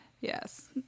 Yes